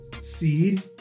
seed